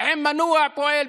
עם מנוע פועל,